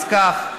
אז כך: